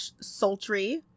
sultry